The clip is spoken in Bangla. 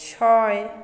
ছয়